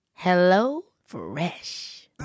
HelloFresh